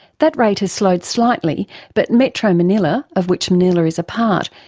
that rate has slowed slightly but, metro manila, of which manila is a part,